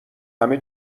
همه